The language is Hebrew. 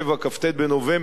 כ"ט בנובמבר,